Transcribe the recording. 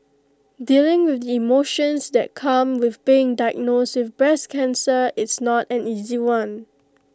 dealing with the emotions that come with being diagnosed with breast cancer is not an easy one